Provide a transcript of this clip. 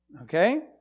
okay